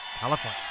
California